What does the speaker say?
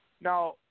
Now